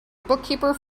bookkeeper